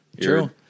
True